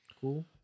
Cool